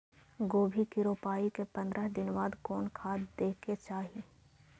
गोभी के रोपाई के पंद्रह दिन बाद कोन खाद दे के चाही?